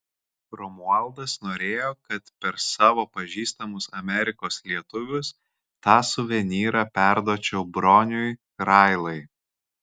romualdas norėjo kad per savo pažįstamus amerikos lietuvius tą suvenyrą perduočiau broniui railai